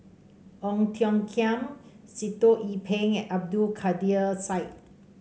Ong Tiong Khiam Sitoh Yih Pin and Abdul Kadir Syed